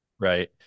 Right